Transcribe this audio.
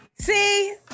See